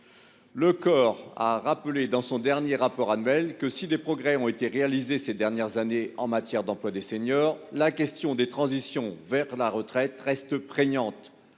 Le COR a rappelé, dans son dernier rapport annuel, que, si des progrès ont été réalisés ces dernières années en matière d'emploi des seniors, la question des transitions vers la retraite reste prégnante,